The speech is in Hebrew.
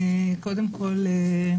קודם כל,